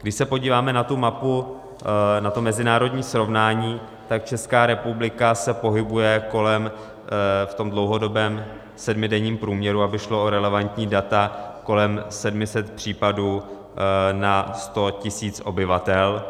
Když se podíváme na mapu, na mezinárodní srovnání, tak Česká republika se pohybuje v dlouhodobém sedmidenním průměru, aby šlo o relevantní data, kolem 700 případů na 100 000 obyvatel.